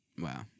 Wow